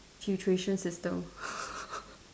filtration system